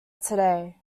today